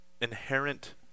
inherent